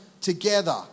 together